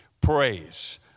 Praise